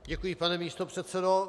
Děkuji, pane místopředsedo.